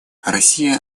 россия